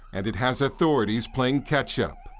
and it has authorities playing catch-up.